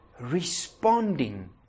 responding